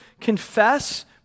confess